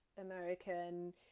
American